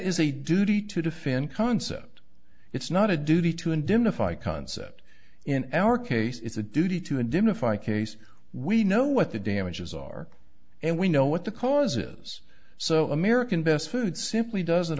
is a duty to defend concept it's not a duty to indemnify concept in our case it's a duty to identify case we know what the damages are and we know what the cause is so american best food simply doesn't